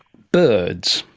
birds.